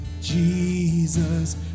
Jesus